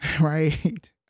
right